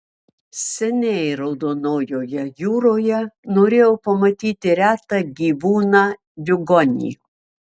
seniai raudonojoje jūroje norėjau pamatyti retą gyvūną diugonį